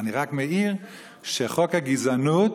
אני רק מעיר שחוק הגזענות,